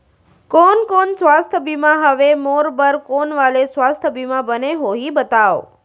कोन कोन स्वास्थ्य बीमा हवे, मोर बर कोन वाले स्वास्थ बीमा बने होही बताव?